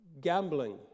gambling